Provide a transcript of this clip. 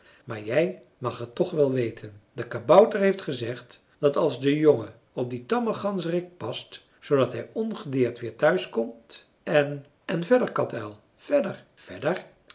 maar jij mag het toch wel weten de kabouter heeft gezegd dat als de jongen op dien tammen ganzerik past zoodat hij ongedeerd weer thuis komt en en verder katuil verder verder